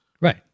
Right